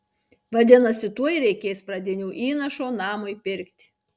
vadinasi tuoj reikės pradinio įnašo namui pirkti